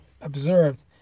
observed